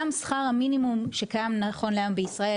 גם שכר המינימום שקיים נכון להיום בישראל,